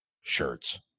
shirts